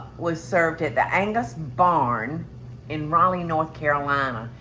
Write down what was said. was served at the angus barn in raleigh, north carolina,